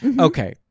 Okay